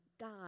God